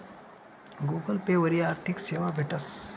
Google Pay वरी आर्थिक सेवा भेटस